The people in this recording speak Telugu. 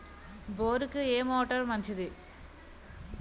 బోరుకి ఏ మోటారు మంచిది?